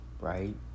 right